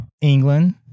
england